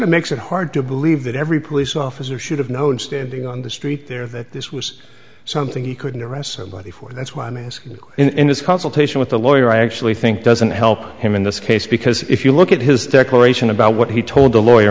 of makes it hard to believe that every police officer should have known standing on the street there that this was something he couldn't arrest somebody for that's why i mean he's in this consultation with a lawyer i actually think doesn't help him in this case because if you look at his declaration about what he told the lawyer